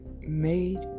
Made